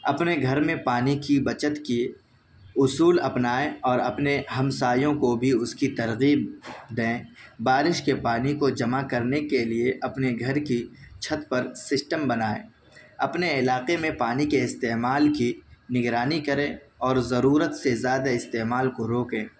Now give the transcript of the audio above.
اپنے گھر میں پانی کی بچت کے اصول اپنائیں اور اپنے ہمسایوں کو بھی اس کی ترغیب دیں بارش کے پانی کو جمع کرنے کے لیے اپنے گھر کی چھت پر سسٹم بنائیں اپنے علاقے میں پانی کے استعمال کی نگرانی کریں اور ضرورت سے زیادہ استعمال کو روکیں